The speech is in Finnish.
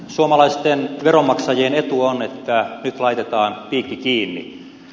suomalaisten veronmaksajien etu on että nyt laitetaan piikki kiinni